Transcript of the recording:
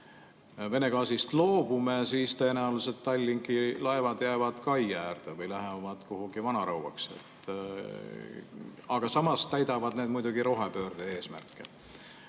Vene gaasist loobume, siis tõenäoliselt Tallinki laevad jäävad kai äärde või lähevad kuhugi vanarauaks. Aga samas täidavad need muidugi rohepöörde eesmärke.